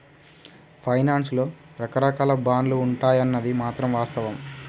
finance లో రకరాకాల బాండ్లు ఉంటాయన్నది మాత్రం వాస్తవం